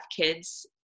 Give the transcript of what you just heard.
kids